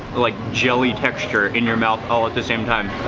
like jelly texture in your mouth all at the same time.